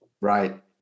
right